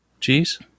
cheese